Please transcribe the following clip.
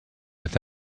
with